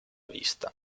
vista